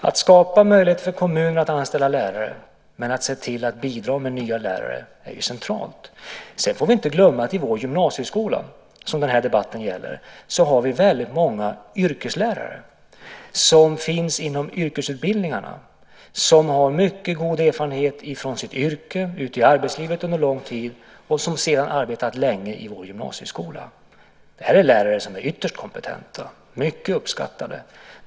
Att skapa möjlighet för kommunerna att anställa lärare men att se till att bidra med nya lärare är centralt. Sedan får vi inte glömma att det i vår gymnasieskola, som den här debatten gäller, finns väldigt många yrkeslärare, som finns inom yrkesutbildningarna, som har mycket god erfarenhet från sitt yrke ute i arbetslivet under lång tid och som sedan har arbetat länge i vår gymnasieskola. Det är lärare som är ytterst kompetenta och mycket uppskattade.